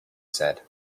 said